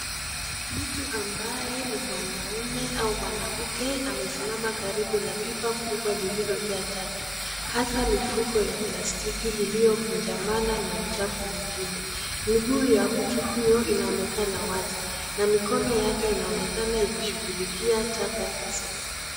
Mtu ambaye ni mwanamume au mwanamke amesimama karibu na pipa kubwa lililojaa taka. Hata mifuko ya plastiki iliyokunjamana na uchafu mwingine. Mguu ya mtu huyo inaonekana wazi na mikono yake inaonekana ikishughulikia taka hizo.